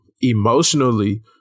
emotionally